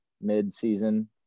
mid-season